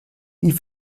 wie